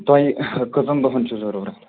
تۄہہِ کٔژَن دۄہَن چھُو ضروٗرَت